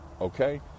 Okay